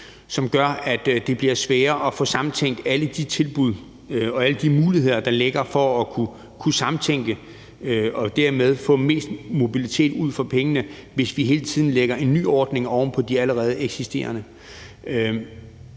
som gør, at det bliver sværere at få samtænkt alle de tilbud og se på alle de muligheder, der er for at kunne samtænke og dermed få mest mobilitet for pengene, hvis vi hele tiden lægger en ny ordning oven på de allerede eksisterende.